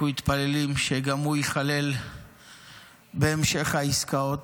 אנחנו מתפללים שגם הוא ייכלל בהמשך העסקאות